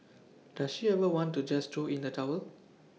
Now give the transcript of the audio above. does she ever want to just throw in the towel